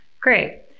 Great